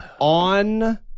on